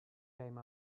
came